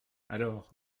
alors